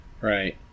Right